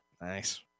nice